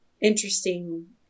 interesting